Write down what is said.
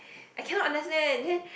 I cannot understand then